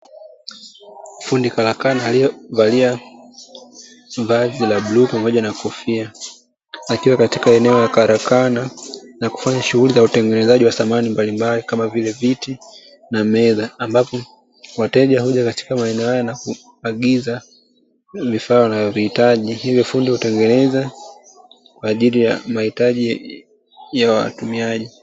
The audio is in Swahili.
Fundi karakana aliyevalia vazi la bluu pamoja na kofia, akiwa katika eneo la karakana na kufanya shughuli ya utengenezaji wa samani mbalimbali, kama vile viti na meza. Ambapo wateja huja katika maeneo haya na kuagiza vifaa wanavyovihitaji, hivyo fundi hutengeneza kwa ajili ya mahitaji ya watumiaji.